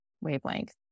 wavelength